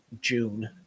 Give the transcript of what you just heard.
June